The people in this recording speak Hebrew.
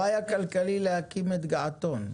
לא היה כלכלי להקים את געתון.